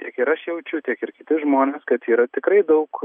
tiek ir aš jaučiu tiek ir kiti žmonės kad yra tikrai daug